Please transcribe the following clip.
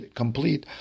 complete